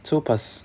two plus